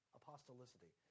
apostolicity